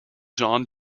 john